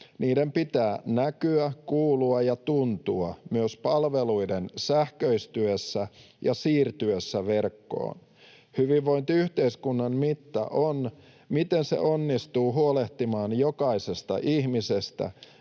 Niiden pitää näkyä, kuulua ja tuntua myös palveluiden sähköistyessä ja siirtyessä verkkoon. Hyvinvointiyhteiskunnan mitta on, miten se onnistuu huolehtimaan jokaisesta ihmisestä